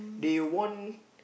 they won